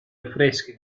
affreschi